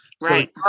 Right